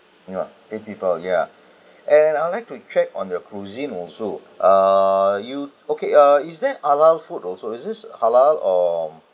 no eight people yeah and I'd like to check on the cuisine also uh you okay uh is there halal food also is this halal or